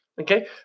Okay